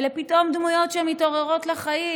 אלה פתאום דמויות שמתעוררות לחיים.